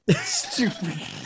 Stupid